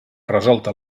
resolta